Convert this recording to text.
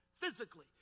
physically